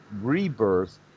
rebirth